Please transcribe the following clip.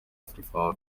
afrifame